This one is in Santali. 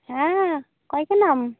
ᱦᱮᱸ ᱚᱠᱚᱭ ᱠᱟᱱᱟᱢ